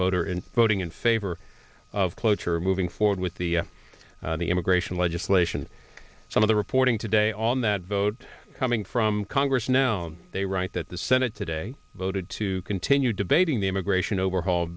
voter in voting in favor of cloture moving forward with the the immigration legislation some of the reporting today on that vote coming from congress now they write that the senate today voted to continue debating the immigration overhaul